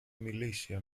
militia